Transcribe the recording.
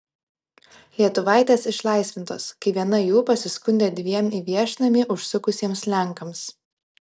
lietuvaitės išlaisvintos kai viena jų pasiskundė dviem į viešnamį užsukusiems lenkams